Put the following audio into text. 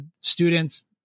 students